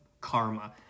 karma